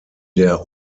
der